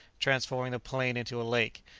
transforming the plain into a lake,